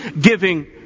giving